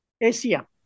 Asia